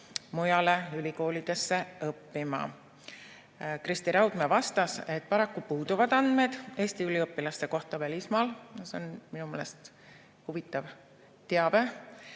mujale ülikoolidesse õppima? Kristi Raudmäe vastas, et paraku puuduvad andmed Eesti üliõpilaste kohta välismaal. See on minu meelest huvitav teave,